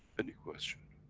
any question?